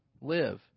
live